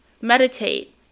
meditate